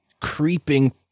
creeping